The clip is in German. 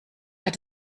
hat